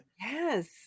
Yes